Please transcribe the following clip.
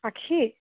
আখি